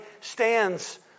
stands